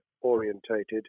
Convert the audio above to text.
orientated